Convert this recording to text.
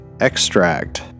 Extract